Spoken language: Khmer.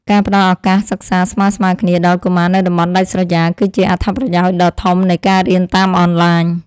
ការផ្តល់ឱកាសសិក្សាស្មើៗគ្នាដល់កុមារនៅតំបន់ដាច់ស្រយាល គឺជាអត្ថប្រយោជន៍ដ៏ធំនៃការរៀនតាមអនឡាញ។